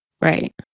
Right